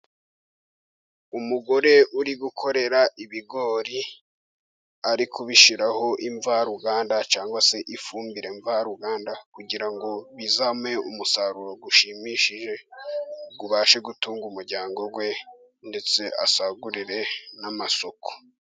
Umugore uri gukorera ibigori ari kubishyiraho imvaruganda cyangwa se ifumbire mvaruganda kugira ngo bizamuhe umusaruro ushimishije, ubashe gutunga umuryango we ndetse asagurire n'amasoko.